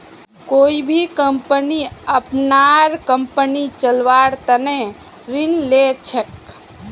कोई भी कम्पनी अपनार कम्पनी चलव्वार तने ऋण ली छेक